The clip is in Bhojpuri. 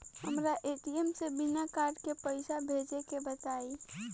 हमरा ए.टी.एम से बिना कार्ड के पईसा भेजे के बताई?